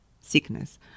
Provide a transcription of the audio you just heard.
sickness